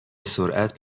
سرعت